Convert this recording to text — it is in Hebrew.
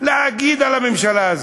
להגיד על הממשלה הזו.